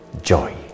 joy